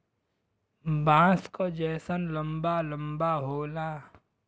बाँस क जैसन लंबा लम्बा होला